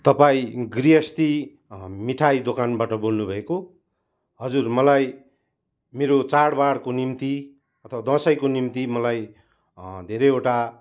तपाईँ गृहस्थी मिठाई दोकानबाट बोल्नुभएको हजुर मलाई मेरो चाडबाडको निम्ति अथवा दसैँको निम्ति मलाई धेरैवटा